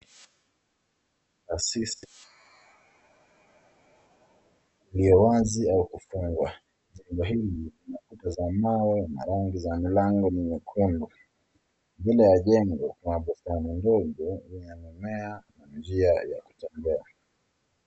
Afisi, iliyo wazi au kufungwa, jumba ili linakuta za mawe na rangi za mlango ni nyekundu, mbele ya jengo kuna bustani dogo Ina mimea na njia ya kutembea.